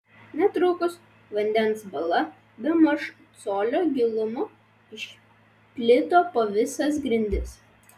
netrukus vandens bala bemaž colio gilumo išplito po visas grindis